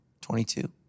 22